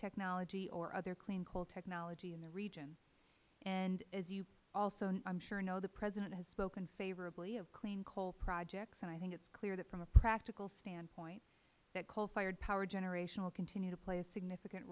technology or other clean coal technology in the region and as you also i am sure know the president has spoken favorably of clean coal projects and i think it is clear that from a practical standpoint that coal fired power generation will play a significant